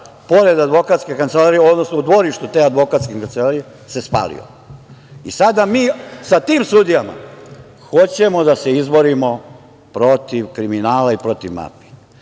pored advokatske kancelarije, odnosno u dvorištu te advokatske kancelarije se spalio i sada mi sa tim sudijama hoćemo da se izborimo protiv kriminala i protiv mafije?